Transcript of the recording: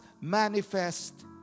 manifest